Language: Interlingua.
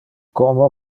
como